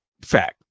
fact